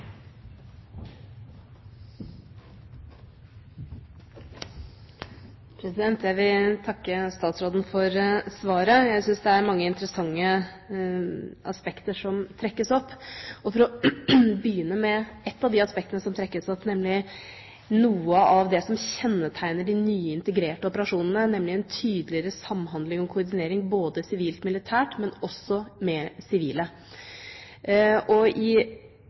mange interessante aspekter som trekkes opp. For å begynne med ett av de aspektene som trekkes opp, og noe av det som kjennetegner de nye integrerte operasjonene, nemlig en tydeligere samhandling og koordinering ikke bare sivilt-militært, men også med sivile: På den konferansen som jeg så vidt refererte til i